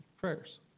prayers